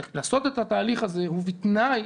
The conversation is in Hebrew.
לעשות את התהליך הזה ובתנאי